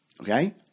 Okay